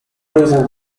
reason